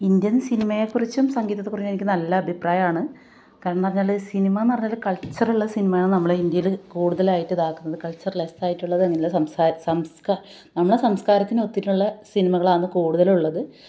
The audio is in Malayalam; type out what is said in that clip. ഇന്ത്യൻ സിനിമയെക്കുറിച്ചും സംഗീതത്തെക്കുറിച്ചും എനിക്ക് നല്ല അഭിപ്രായമാണ് കാരണം എന്ന് പറഞ്ഞാല് സിനിമ എന്ന് പറഞ്ഞാല് കൾച്ചറ് ഉള്ള സിനിമയാണ് നമ്മുടെ ഇന്ത്യയില് കൂടുതലായിട്ട് ഇതാക്കുന്നത് കൾച്ചർ ലെസ്സ് ആയിട്ടുള്ളത് അങ്ങനെ അല്ല സംസാ സംസ്കാര നമ്മുടെ സംസ്കാരത്തിന് ഒത്തിട്ടുള്ള സിനിമകളാണ് കൂടുതലുള്ളത്